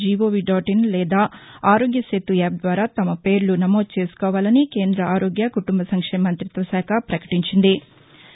GO we dot in లేదా Aarogya Setu app ద్వారా తమ పేర్లు నమోదు చేసుకోవాలని కేంద్ర ఆరోగ్య కుటుంబ సంక్షేమ మంత్రిత్వశాఖ పకటించిన విషయం తెలిసిందే